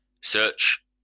search